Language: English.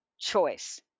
Choice